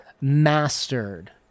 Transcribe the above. mastered